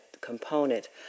component